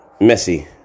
Messi